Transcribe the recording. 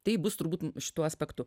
tai bus turbūt šituo aspektu